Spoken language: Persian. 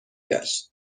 گشت